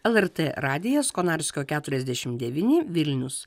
lrt radijas konarskio keturiasdešim devyni vilnius